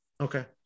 Okay